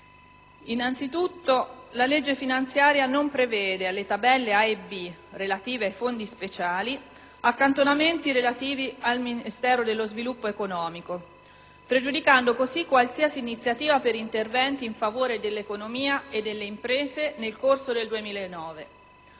Innanzitutto, la legge finanziaria non prevede alle Tabelle A e B, relative ai fondi speciali, accantonamenti relativi al Ministero dello sviluppo economico pregiudicando così qualsiasi iniziativa per interventi in favore dell'economia e delle imprese nel corso del 2009.